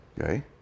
Okay